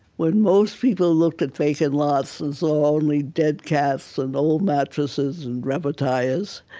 when most people looked at vacant lots and saw only dead cats and old mattresses and rubber tires,